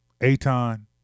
Aton